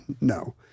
No